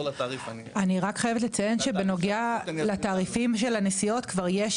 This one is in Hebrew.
אני רק חייבת לציין שבנוגע לתעריפים של הנסיעות כבר יש